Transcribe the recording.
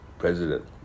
president